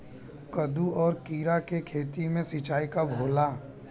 कदु और किरा के खेती में सिंचाई कब होला?